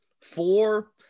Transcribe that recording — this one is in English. Four